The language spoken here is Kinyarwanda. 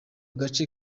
gace